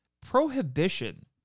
Prohibition